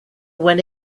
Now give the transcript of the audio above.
went